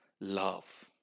love